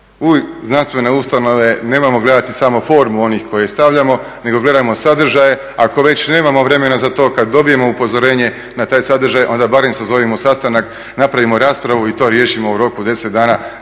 U znanstvene ustanove nemojmo gledati samo formu onih koje stavljamo, nego gledajmo sadržaje, ako već nemamo vremena za to, kad dobijemo upozorenje na taj sadržaj, onda barem sazovimo sastanak, napravimo raspravu i to riješimo u roku 10 dana